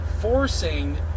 forcing